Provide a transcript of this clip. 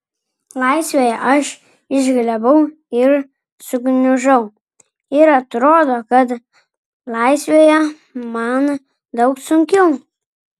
laisvėje aš išglebau ir sugniužau ir atrodo kad laisvėje man daug sunkiau